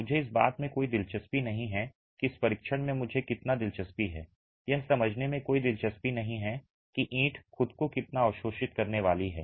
मुझे इस बात में कोई दिलचस्पी नहीं है कि इस परीक्षण में मुझे कितना दिलचस्पी है यह समझने में कोई दिलचस्पी नहीं है कि ईंट खुद को कितना अवशोषित करने वाली है